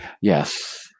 Yes